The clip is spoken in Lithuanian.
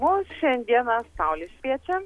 mus šiandieną saulė šviečia